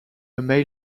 male